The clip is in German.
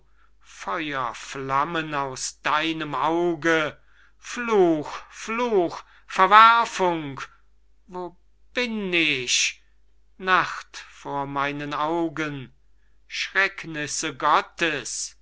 feuerflammen aus deinem auge fluch fluch verwerfung wo bin ich nacht vor meinen augen schrecknisse gottes